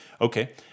Okay